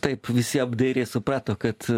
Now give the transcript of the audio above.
taip visi apdairiai suprato kad